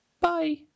bye